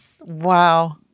Wow